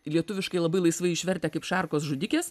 lietuviškai labai laisvai išvertę kaip šarkos žudikės